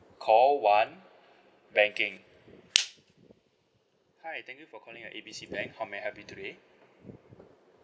call one banking hi thank you for calling uh A B C bank how may I help you today